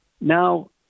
Now